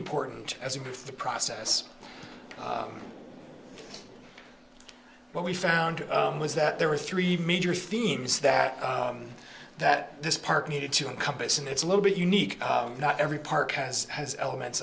important as in the process what we found was that there were three major themes that that this park needed to encompass and it's a little bit unique not every park has has elements